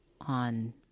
on